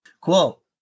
Cool